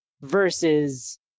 versus